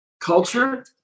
culture